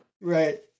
Right